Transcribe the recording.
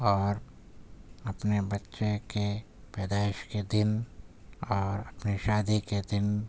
اور اپنے بچے کے پیدائش کے دن اور اپنی شادی کے دن